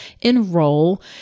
enroll